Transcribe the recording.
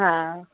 हा